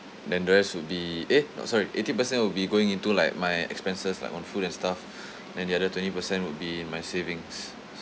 then the rest would be eh oh sorry eighty percent will be going into like my expenses like on food and stuff then the other twenty percent would be my savings